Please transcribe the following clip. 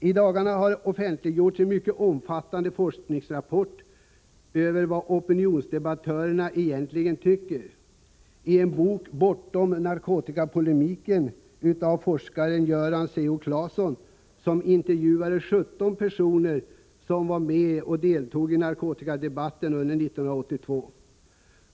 I dagarna har offentliggjorts en mycket omfattande forskningsrapport över vad opinionsdebattörerna egentligen tycker. I boken Bortom narkotikapolemiken av forskaren Göran C.-O. Claesson intervjuas 17 personer som deltog i narkotikadebatten under 1982.